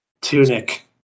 tunic